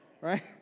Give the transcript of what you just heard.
right